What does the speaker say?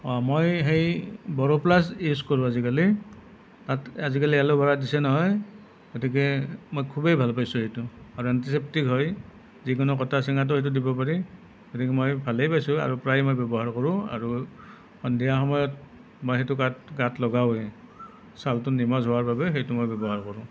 অ মই সেই Boroplus use কৰোঁ আজিকালি তাত আজিকালি এল'ভেৰা দিছে নহয় গতিকে মই খুবেই ভাল পাইছোঁ সেইটো আৰু এন্টিছেপ্তিক হয় যিকোনো কটা ছিঙাটো সেইটো দিব পাৰি গতিকে মই ভালেই পাইছোঁ আৰু প্ৰায় মই ব্য়ৱহাৰ কৰোঁ আৰু সন্ধিয়া সময়ত মই সেইটো গাত গাত লগাওঁৱেই ছালটো নিমজ হোৱাৰ বাবে সেইটো মই ব্য়ৱহাৰ কৰোঁ